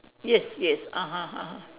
yes yes (uh huh) (uh huh)